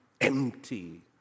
empty